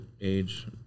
age